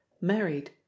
married